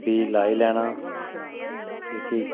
बीऽ लाई लैना जेह्की